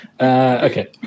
Okay